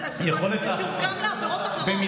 זה תורגם לעבירות אחרות.